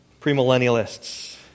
premillennialists